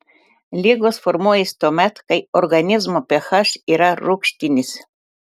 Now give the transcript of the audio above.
ligos formuojasi tuomet kai organizmo ph yra rūgštinis